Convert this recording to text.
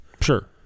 Sure